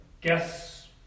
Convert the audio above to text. guess